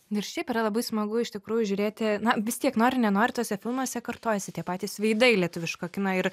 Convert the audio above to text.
nu ir šiaip yra labai smagu iš tikrųjų žiūrėti na vis tiek nori nenori tuose filmuose kartojasi tie patys veidai lietuviško kino ir